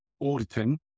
auditing